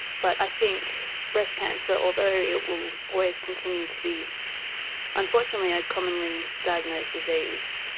but i think breast cancer, although it will always continue to be unfortunately a commonly diagnosed disease,